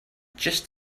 just